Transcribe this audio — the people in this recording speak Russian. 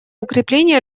укрепления